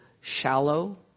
shallow